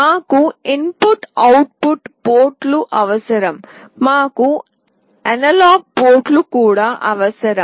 మాకు input output పోర్టులు అవసరం మాకు అనలాగ్ పోర్టులు కూడా అవసరం